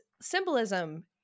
symbolism